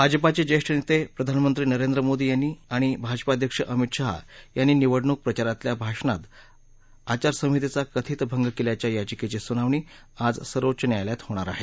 भाजपाचे ज्येष्ठ नेते प्रधानमंत्री नरेंद्र मोदी यांनी आणि भाजपा अध्यक्ष अमित शाह यांनी निवडणूक प्रचारातल्या भाषणात आचारसंहितेचा कथित भंग केल्याच्या याचिकेची सुनावणी आज सर्वोच्च न्यायालयात होणार आहे